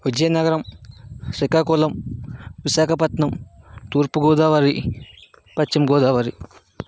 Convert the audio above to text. Vizianagaram Srikakulam Visakhapatnam Thurpu Godavari Paschima Godavari